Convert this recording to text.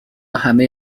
همه